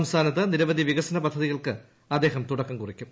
സംസ്ഥാനത്ത് നിരവധി വികസന പദ്ധതികൾക്ക് അദ്ദേഹം തുടക്കം കുറിക്കും